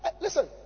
Listen